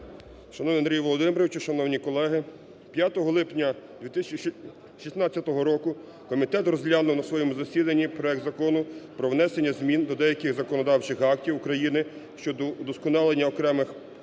Шановний Андрій Володимирович! Шановні колеги! П'ятого липня 2016 року комітет розглянув на своєму засіданні проект Закону про внесення змін до деяких законодавчих актів України (щодо вдосконалення окремих положень